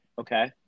Okay